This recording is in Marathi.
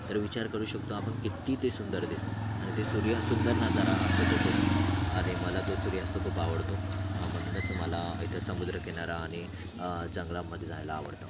तर विचार करू शकतो आपण किती ते सुंदर दिसतो आणि ते सूर्य सुंदर नजारा आणि मला तो सूर्यास्त खूप आवडतो म्हणूनच मला इथे समुद्रकिनारा आणि जंगलांमध्ये जायला आवडतं